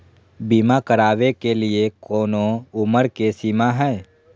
बीमा करावे के लिए कोनो उमर के सीमा है?